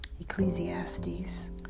Ecclesiastes